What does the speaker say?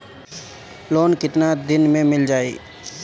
Loan कितना दिन में मिल जाई?